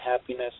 happiness